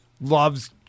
loves